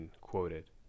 quoted